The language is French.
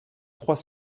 trois